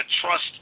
trust